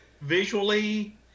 Visually